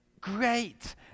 great